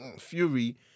Fury